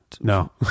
no